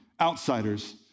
outsiders